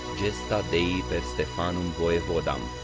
dei per stephanum voievodam